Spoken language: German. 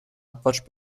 abwasch